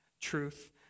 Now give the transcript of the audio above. truth